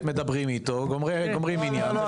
זה עניין תזרימי.